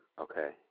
Okay